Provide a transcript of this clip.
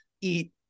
eat